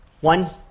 one